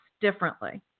differently